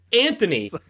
Anthony